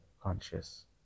conscious